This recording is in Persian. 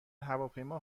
هواپیما